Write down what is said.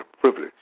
privilege